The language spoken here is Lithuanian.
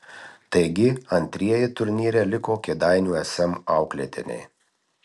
taigi antrieji turnyre liko kėdainių sm auklėtiniai